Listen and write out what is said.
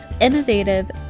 innovative